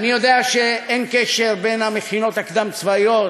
אני יודע שאין קשר בין המכינות הקדם-צבאיות